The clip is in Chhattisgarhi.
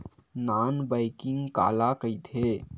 नॉन बैंकिंग काला कइथे?